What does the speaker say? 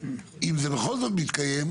אם זה בכל זאת מתקיים,